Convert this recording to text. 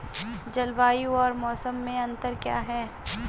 जलवायु और मौसम में अंतर क्या है?